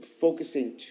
focusing